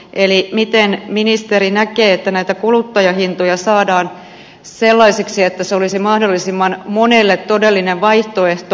miten ministeri näkee että kuluttajahintoja saadaan sellaisiksi että ne olisivat mahdollisimman monelle todellinen vaihtoehto